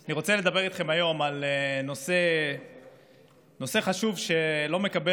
אני רוצה לדבר איתכם היום על נושא חשוב שלא מקבל